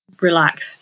relaxed